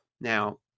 Now